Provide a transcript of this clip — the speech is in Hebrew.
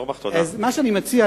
מה שאני מציע,